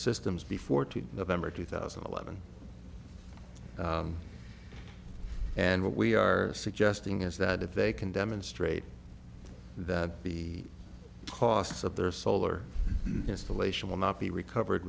systems before to november two thousand and eleven and what we are suggesting is that if they can demonstrate that the costs of their solar installation will not be recovered